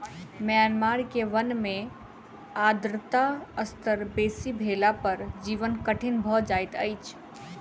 Myanmar के वन में आर्द्रता स्तर बेसी भेला पर जीवन कठिन भअ जाइत अछि